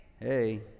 Hey